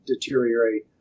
deteriorate